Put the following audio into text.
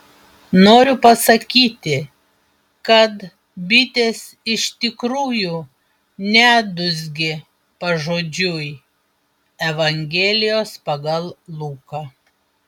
noriu pasakyti kad bitės iš tikrųjų nedūzgė pažodžiui evangelijos pagal luką